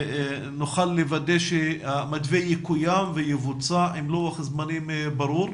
שנוכל לוודא שהמתווה יקוים ויבוצע עם לוח זמנים ברור.